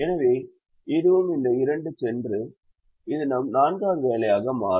எனவே இதுவும் இந்த இரண்டும் சென்று இது நம் நான்காவது வேலையாக மாறும்